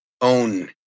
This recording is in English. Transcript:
own